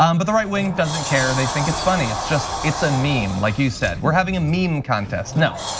um but the right wing doesn't care, they think it's funny. it's just, it's a meme like you said. we're having a meme contest. no.